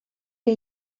que